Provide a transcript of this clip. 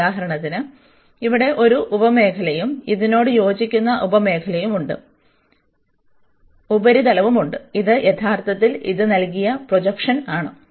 ഉദാഹരണത്തിന് ഇവിടെ ഒരു ഉപമേഖലയും ഇതിനോട് യോജിക്കുന്ന ഉപരിതലവുമുണ്ട് ഇത് യഥാർത്ഥത്തിൽ ഇത് നൽകിയ പ്രൊജക്ഷൻ ആണ്